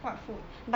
what food